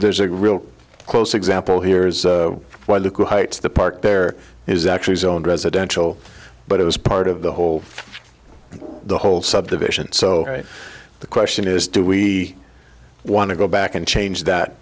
there's a real close example here is why the heights the park there is actually zoned residential but it was part of the whole the whole subdivision so the question is do we want to go back and cha